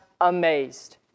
amazed